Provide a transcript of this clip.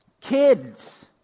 kids